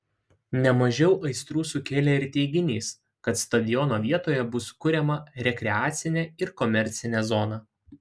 ne mažiau aistrų sukėlė ir teiginys kad stadiono vietoje bus kuriama rekreacinė ir komercinė zona